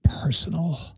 personal